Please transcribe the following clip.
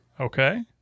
Okay